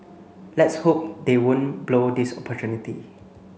let's hope they won't blow this opportunity